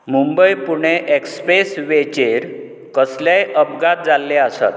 मुंबय पुणे ऍक्सप्रेसवेचेर कसलेय अपघात जाल्ले आसात